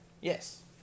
Yes